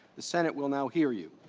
the senate will now hear you,